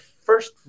first